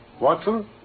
Watson